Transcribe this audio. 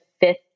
fifth